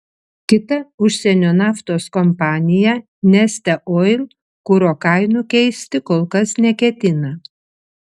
kita užsienio naftos kompanija neste oil kuro kainų keisti kol kas neketina